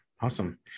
awesome